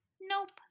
nope